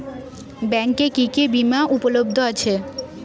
ব্যাংকে কি কি বিমা উপলব্ধ আছে?